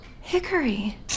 Hickory